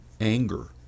anger